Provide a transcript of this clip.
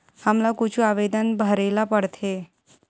हमला कुछु आवेदन भरेला पढ़थे?